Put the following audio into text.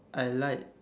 I like